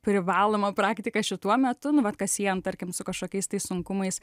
privalomą praktiką šituo metu nu vat kas jiem tarkim su kažkokiais tai sunkumais